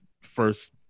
first